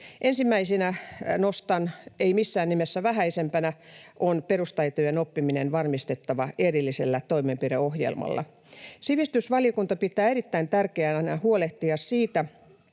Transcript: Ensimmäisenä, ei missään nimessä vähäisimpänä, nostan: perustaitojen oppiminen on varmistettava erillisellä toimenpideohjelmalla. Sivistysvaliokunta pitää erittäin tärkeänä huolehtia siitä,